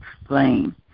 explain